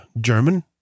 German